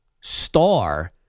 star